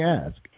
ask